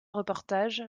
reportage